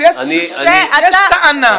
יש טענה.